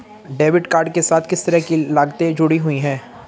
Debit card के साथ किस तरह की लागतें जुड़ी हुई हैं?